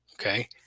Okay